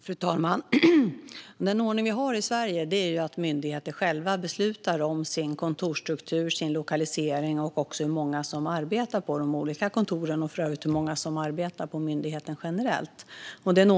Fru talman! Den ordning vi har i Sverige är att myndigheter själva beslutar om sin kontorsstruktur, sin lokalisering, hur många som ska arbeta på de olika kontoren och hur många som ska arbeta på myndigheten generellt.